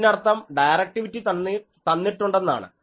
അതിനർത്ഥം ഡയറക്ടിവിറ്റി തന്നിട്ടുണ്ടെന്നാണ്